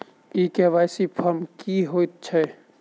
ई KYC form की हएत छै?